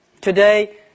Today